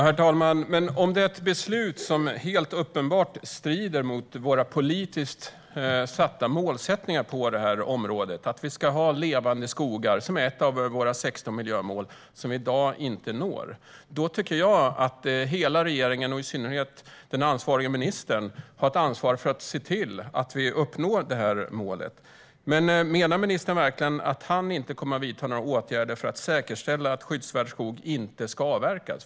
Herr talman! Men om det är ett beslut som helt uppenbart strider mot våra politiskt satta mål på detta område om att vi ska ha levande skogar, som är ett av våra 16 miljömål som vi i dag inte når, tycker jag att hela regeringen, och i synnerhet den ansvariga ministern, har ett ansvar att se till att vi uppnår detta mål. Menar ministern verkligen att han inte kommer att vidta några åtgärder för att säkerställa att skyddsvärd skog inte ska avverkas?